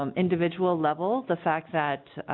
um individual level the fact that